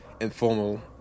informal